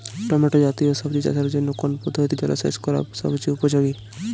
Tomato জাতীয় সবজি চাষের জন্য কোন পদ্ধতিতে জলসেচ করা সবচেয়ে উপযোগী?